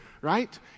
right